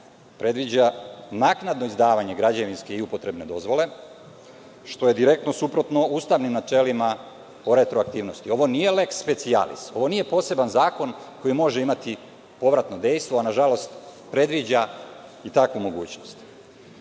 predviđa naknadno izdavanje građevinske i upotrebne dozvole, što je direktno suprotno ustavnim načelima o retroaktivnosti. Ovo nije leks specijalis, ovo nije poseban zakon koji može imati povratno dejstvo, a nažalost, predviđa i takvu mogućnost.